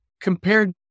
compared